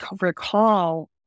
recall